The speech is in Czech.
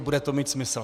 Bude to mít smysl.